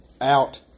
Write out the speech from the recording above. out